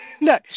No